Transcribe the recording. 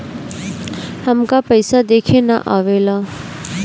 हमका पइसा देखे ना आवेला?